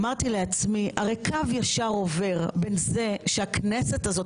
אמרתי לעצמי שהרי קו ישר עובר בין זה שהכנסת הזאת